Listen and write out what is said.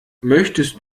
möchtest